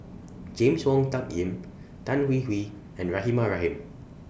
James Wong Tuck Yim Tan Hwee Hwee and Rahimah Rahim